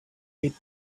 eight